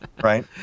Right